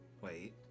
Wait